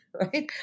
right